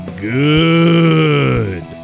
good